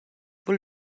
vul